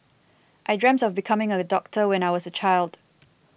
I dreamt of becoming a doctor when I was a child